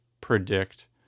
predict